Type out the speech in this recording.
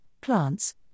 plants